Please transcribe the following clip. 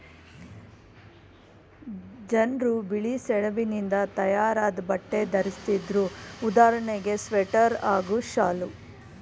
ಜನ್ರು ಬಿಳಿಸೆಣಬಿನಿಂದ ತಯಾರಾದ್ ಬಟ್ಟೆ ಧರಿಸ್ತಿದ್ರು ಉದಾಹರಣೆಗೆ ಸ್ವೆಟರ್ ಹಾಗೂ ಶಾಲ್